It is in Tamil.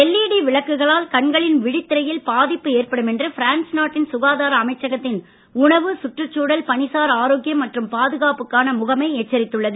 எல்இடி விளக்குகளால் கண்களின் விழித்திரையில் பாதிப்பு ஏற்படும் என்று பிரான்ஸ் நாட்டின் சுகாதார அமைச்சகத்தின் உணவு சுற்றுச்சூழல் மற்றும் பணிசார் ஆரோக்யம் மற்றும் பாதுகாப்புக்கான முகமை எச்சரித்துள்ளது